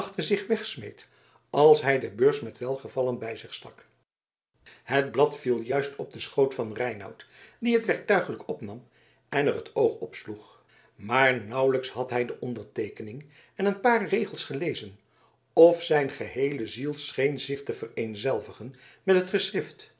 zich wegsmeet als hij de beurs met welgevallen bij zich stak het blad viel juist op den schoot van reinout die het werktuiglijk opnam en er het oog op sloeg maar nauwelijks had hij de onderteekening en een paar regels gelezen of zijn geheele ziel scheen zich te vereenzelvigen met het geschrift